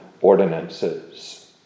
ordinances